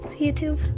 YouTube